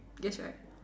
just write